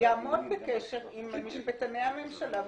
שיעמוד בקשר עם משפטני הממשלה,